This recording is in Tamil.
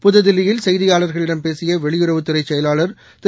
புத்தில்லியில் செய்தியாளர்களிடம் பேசிய வெளியுறவுத்துறைச் செயலாளர் திரு